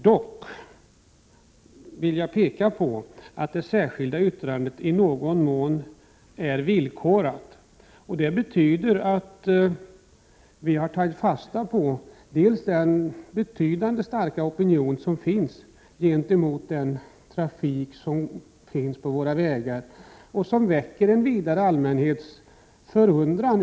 Dock vill jag peka på att det särskilda yttrandet i någon mån är villkorat. Det betyder att vi har tagit fasta på den starka opinion som finns gentemot den trafik som bedrivs på våra vägar. Att den får fortgå väcker en vidare allmänhets förundran.